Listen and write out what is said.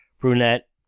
brunette